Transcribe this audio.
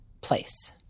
place